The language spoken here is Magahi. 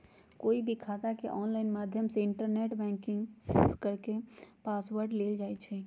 कोई भी खाता के ऑनलाइन माध्यम से इन्टरनेट बैंकिंग करके पासवर्ड लेल जाई छई